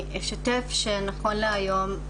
אני אשתף שנכון להיום,